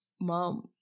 mom